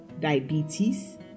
diabetes